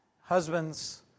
husbands